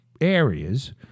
Areas